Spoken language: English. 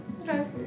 Okay